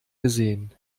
gesehen